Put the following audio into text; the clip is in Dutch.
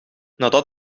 nadat